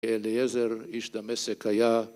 ‫אליעזר, איש דמשק היה.